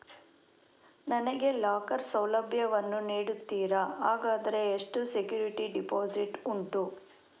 ನನಗೆ ಲಾಕರ್ ಸೌಲಭ್ಯ ವನ್ನು ನೀಡುತ್ತೀರಾ, ಹಾಗಾದರೆ ಎಷ್ಟು ಸೆಕ್ಯೂರಿಟಿ ಡೆಪೋಸಿಟ್ ಉಂಟು?